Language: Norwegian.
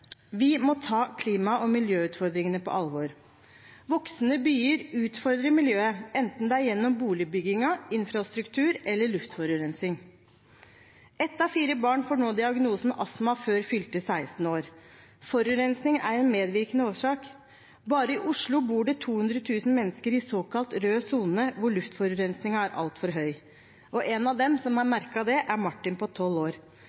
Vi må ta klima- og miljøutfordringene på alvor. Voksende byer utfordrer miljøet, enten det er gjennom boligbygging, infrastruktur eller luftforurensning. Ett av fire barn får nå diagnosen astma før fylte 16 år. Forurensning er en medvirkende årsak. Bare i Oslo bor det 200 000 mennesker i såkalt rød sone, hvor luftforurensningen er altfor høy. En av dem som har merket det, er Martin på 12 år.